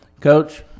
Coach